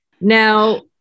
Now